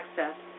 access